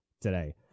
today